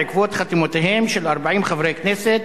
בעקבות חתימותיהם של 40 חברי כנסת.